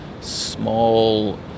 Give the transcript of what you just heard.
small